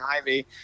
Ivy